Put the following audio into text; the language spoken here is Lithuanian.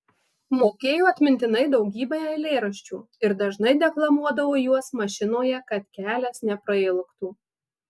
mokėjo atmintinai daugybę eilėraščių ir dažnai deklamuodavo juos mašinoje kad kelias neprailgtų